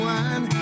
one